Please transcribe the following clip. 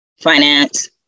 finance